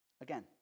Again